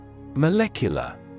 Molecular